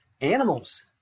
animals